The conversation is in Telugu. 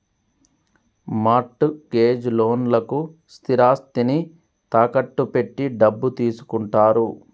మార్ట్ గేజ్ లోన్లకు స్థిరాస్తిని తాకట్టు పెట్టి డబ్బు తీసుకుంటారు